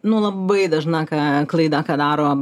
nu labai dažna ką klaidą ką daro